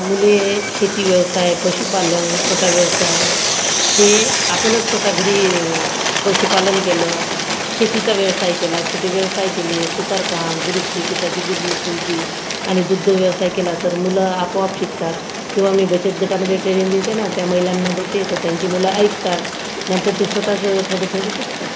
मुले हे शेती व्यवसाय पशुपालन छोटा व्यवसाय हे आपणच स्वतः घरी पशुपालन केलं शेतीचा व्यवसाय केला छोटे व्यवसाय केले सुतारकाम दुरुस्ती पिठाची गिरणी पोल्ट्री आणि दुग्धव्यवसाय केला तर मुलं आपोआप शिकतात किंवा मी बचतगटामधे ट्रेनिंग देते ना त्या महिलांना देते त त्यांची मुलं ऐकतात नंतर ते स्वतःच थोडं थोडं शिकतात